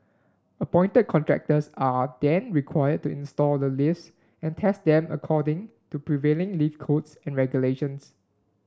appointed contractors are then required to install the lifts and test them according to prevailing lift codes and regulations